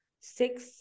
six